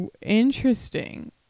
interesting